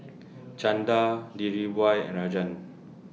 Chanda Dhirubhai and Rajan